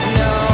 no